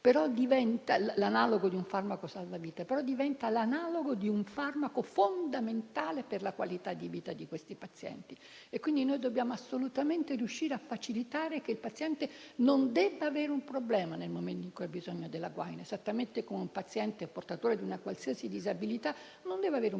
che siano l'analogo di un farmaco salvavita, però lo diventano di un farmaco fondamentale per la qualità della vita di questi pazienti. Dobbiamo assolutamente riuscire a facilitare il paziente, affinché non abbia problemi nel momento in cui ha bisogno della guaina, esattamente come un paziente portatore di una qualsiasi disabilità non deve avere problemi,